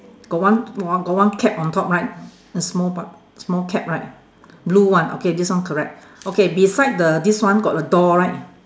got one got one got one cap on top right a small part small cap right blue one okay this one correct okay beside the this one got a door right